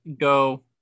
go